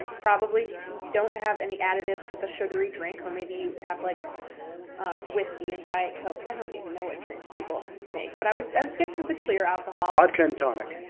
probably don't have any additives with a sugary drink or maybe maybe you have like a whiskey and diet coke. i don't even know what drinks people make, but i would stick to the clear alcohol. vodka and tonic.